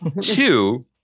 Two